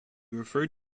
referred